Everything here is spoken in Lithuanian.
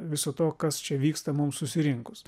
viso to kas čia vyksta mum susirinkus